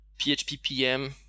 PHP-PM